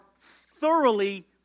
thoroughly